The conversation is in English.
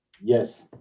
Yes